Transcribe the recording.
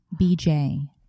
BJ